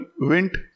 went